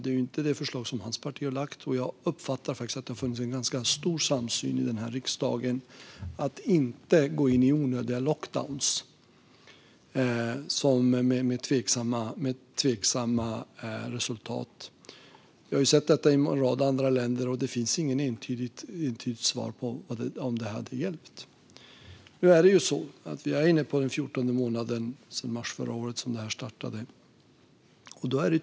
Det är ju inte det förslag som hans parti har lagt fram, och jag uppfattar att det har funnits en stor samsyn i riksdagen att inte gå in i onödiga lockdowns med tveksamma resultat. Vi har sett sådana i en rad andra länder, och det finns inget entydigt svar på om det hade hjälpt. Nu är vi inne i den 14:e månaden sedan mars förra året då det här startade.